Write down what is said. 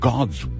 God's